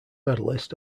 medalist